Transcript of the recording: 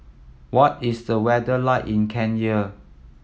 what is the weather like in Kenya